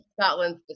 scotland